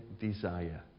desire